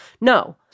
No